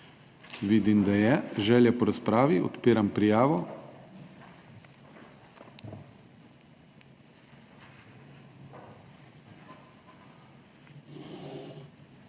Vidim, da je želja po razpravi. Odpiram prijavo.